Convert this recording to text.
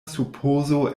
supozo